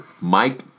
Mike